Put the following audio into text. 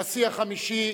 הנשיא החמישי